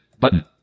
button